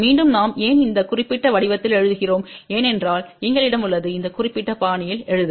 மீண்டும் நாம் ஏன் இந்த குறிப்பிட்ட வடிவத்தில் எழுதுகிறோம் ஏனென்றால் எங்களிடம் உள்ளது இந்த குறிப்பிட்ட பாணியில் எழுத